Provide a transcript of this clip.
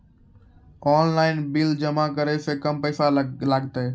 Online bill जमा करै से कम पैसा लागतै?